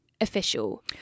official